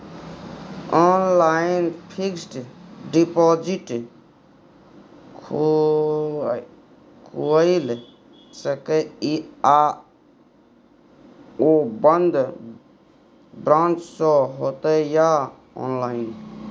Online fixed deposit खुईल सके इ आ ओ बन्द ब्रांच स होतै या ऑनलाइन?